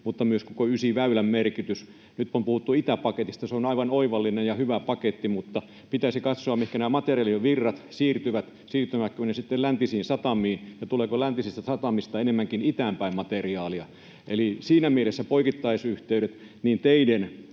Ysitien — koko Ysiväylän merkityksestä. Nyt on puhuttu itäpaketista. Se on aivan oivallinen ja hyvä paketti, mutta pitäisi katsoa, mihinkä materiaalien virrat siirtyvät: siirtyvätkö ne läntisiin satamiin, ja tuleeko läntisistä satamista enemmänkin itään päin materiaalia? Eli siinä mielessä on tosi tärkeää tutkia